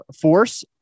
force